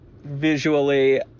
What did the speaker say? visually